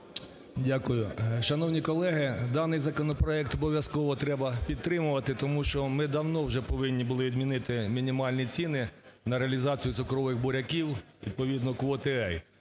Дякую. Шановні колеги, даний законопроект обов'язково треба підтримувати, тому що ми давно вже повинні були відмінити мінімальні ціни на реалізацію цукрових буряків, відповідно квоти "А".